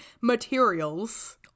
materials